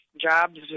Jobs